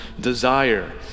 desire